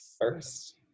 first